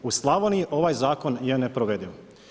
U Slavoniji ovaj zakon je neprovediv.